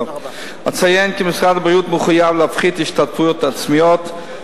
אציין כי משרד הבריאות מחויב להפחית השתתפויות עצמיות.